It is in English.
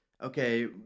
Okay